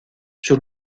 sus